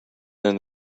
than